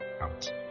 out